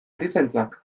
erizaintzak